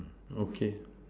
okay